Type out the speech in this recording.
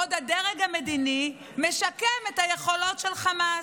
בעוד הדרג המדיני משקם את היכולות של חמאס.